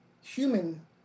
human